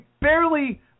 Barely